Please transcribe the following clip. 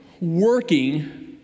working